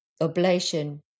oblation